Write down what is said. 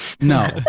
No